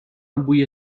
بوی